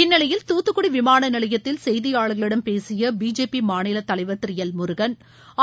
இந்நிலையில் தூத்துக்குடி விமானநிலையத்தில் செய்தியாளர்களிடம் பேசிய பிஜேபி மாநிலத்தலைவர் திரு எல் முருகன்